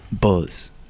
buzz